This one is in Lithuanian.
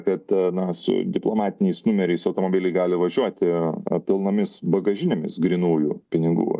kad na su diplomatiniais numeriais automobiliai gali važiuoti pilnomis bagažinėmis grynųjų pinigų